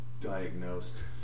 diagnosed